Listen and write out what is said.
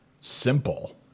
simple